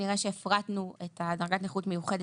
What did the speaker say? נראה שהפרדנו את דרגת הנכות המיוחדת,